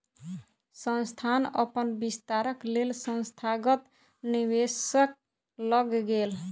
संस्थान अपन विस्तारक लेल संस्थागत निवेशक लग गेल